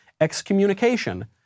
Excommunication